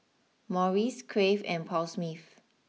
Morries Crave and Paul Smith